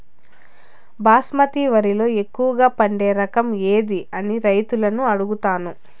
బాస్మతి వరిలో ఎక్కువగా పండే రకం ఏది అని రైతులను అడుగుతాను?